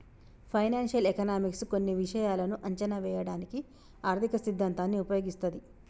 financial economics కొన్ని విషయాలను అంచనా వేయడానికి ఆర్థిక సిద్ధాంతాన్ని ఉపయోగిస్తది